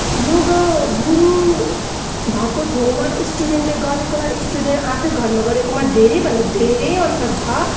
योगा गुरु भएको ठाउँमा स्टुडेन्टले गरेकोलाई स्टुडेन्ट आफै घरमा गरेकोमा धेरै भन्दा धेरै अन्तर छ